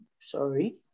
Sorry